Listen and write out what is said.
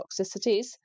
toxicities